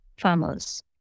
farmers